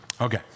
Okay